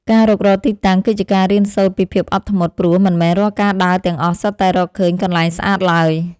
ការរុករកទីតាំងគឺជាការរៀនសូត្រពីភាពអត់ធ្មត់ ព្រោះមិនមែនរាល់ការដើរទាំងអស់សុទ្ធតែរកឃើញកន្លែងស្អាតឡើយ។